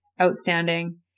outstanding